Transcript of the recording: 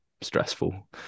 stressful